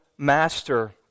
master